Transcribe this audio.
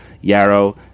Yarrow